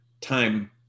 time